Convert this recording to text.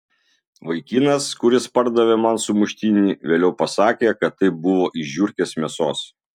vaikinas kuris pardavė man sumuštinį vėliau pasakė kad tai buvo iš žiurkės mėsos